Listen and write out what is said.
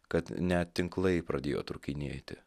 kad net tinklai pradėjo trūkinėti